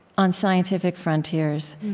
on scientific frontiers,